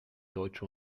deutsche